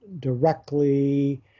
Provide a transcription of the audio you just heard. directly